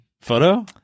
photo